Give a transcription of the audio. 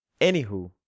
Anywho